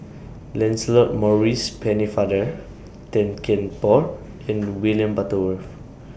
Lancelot Maurice Pennefather Tan Kian Por and William Butterworth